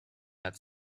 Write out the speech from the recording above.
that